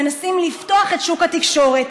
מנסים לפתוח את שוק התקשורת.